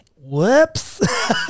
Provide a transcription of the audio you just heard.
Whoops